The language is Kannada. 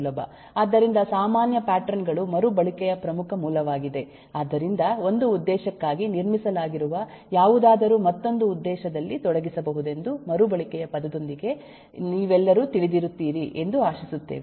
ಆದ್ದರಿಂದ ಸಾಮಾನ್ಯ ಪ್ಯಾಟರ್ನ್ ಗಳು ಮರುಬಳಕೆಯ ಪ್ರಮುಖ ಮೂಲವಾಗಿದೆ ಆದ್ದರಿಂದ ಒಂದು ಉದ್ದೇಶಕ್ಕಾಗಿ ನಿರ್ಮಿಸಲಾಗಿರುವ ಯಾವುದಾದರೂ ಮತ್ತೊಂದು ಉದ್ದೇಶದಲ್ಲಿ ತೊಡಗಿಸಬಹುದೆಂದು ಮರುಬಳಕೆಯ ಪದದೊಂದಿಗೆ ನೀವೆಲ್ಲರೂ ತಿಳಿದಿರುತ್ತೀರಿ ಎಂದು ಆಶಿಸುತ್ತೇವೆ